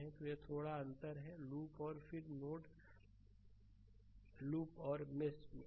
तो यह थोड़ा अंतर है लूप और फिर नोड लूप और मेष है